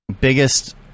biggest